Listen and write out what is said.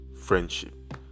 friendship